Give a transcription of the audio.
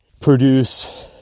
produce